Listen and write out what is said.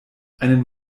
einen